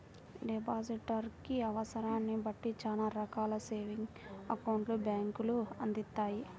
depositor కి అవసరాన్ని బట్టి చానా రకాల సేవింగ్స్ అకౌంట్లను బ్యేంకులు అందిత్తాయి